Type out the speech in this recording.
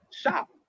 shop